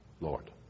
Lord